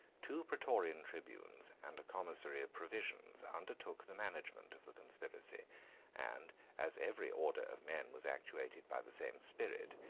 two praetorian tribunes and a commissary of provisions undertook the management of the conspiracy and as every order of men was actuated by the same spirit,